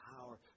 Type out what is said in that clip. power